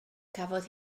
cafodd